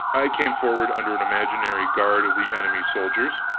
i came forward under an imaginary guard of the enemy's soldiers,